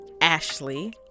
ashley